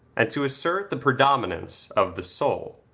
and to assert the predominance of the soul.